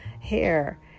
hair